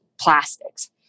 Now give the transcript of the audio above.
plastics